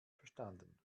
verstanden